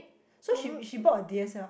so she she bought a D_S_L_R